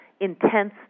intense